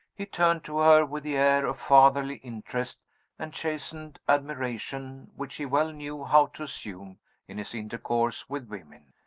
he turned to her with the air of fatherly interest and chastened admiration which he well knew how to assume in his intercourse with women.